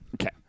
Okay